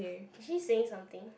is he saying something